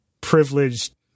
privileged